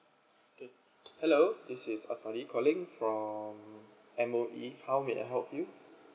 hello this is asmadi calling from M_O_E how may I help you